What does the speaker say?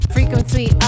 Frequency